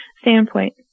standpoint